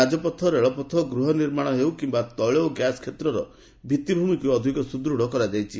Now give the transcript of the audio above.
ରାଜପଥ ରେଳପଥ ଗୃହ ନିର୍ମାଣ ହେଉ କିମ୍ନା ତୈଳ ଓ ଗ୍ୟାସ୍ କ୍ଷେତ୍ରର ଭିଭିମିକୁ ଅଧିକ ସୁଦୂଢ଼ କରାଯାଇଛି